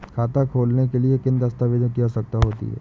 खाता खोलने के लिए किन दस्तावेजों की आवश्यकता होती है?